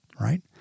right